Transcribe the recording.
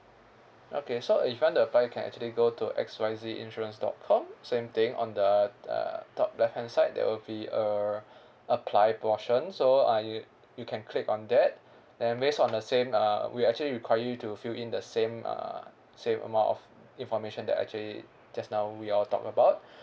okay so if you want to apply you can actually go to X Y Z insurance dot com same thing on the uh top left hand side there will be err apply portion so uh you you can click on and then based on the same uh we actually require you to fill in the same uh same amount of information that actually just now we all talk about